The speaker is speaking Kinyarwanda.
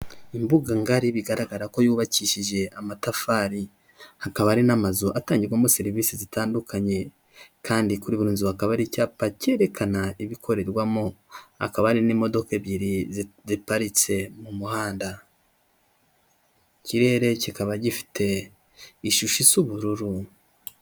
Imbuga ngari bigaragara ko yubakishije amatafari, hakaba hari n'amazu atangirwamo serivisi zitandukanye, kandi kuri buri nzu hakaba hari icyapa cyerekana ibikorerwamo; hakaba hari n'imodoka ebyiri zidaparitse mu muhanda, ikirere kikaba gifite ishusho isa ubururu.